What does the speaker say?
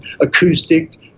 acoustic